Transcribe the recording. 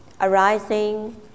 arising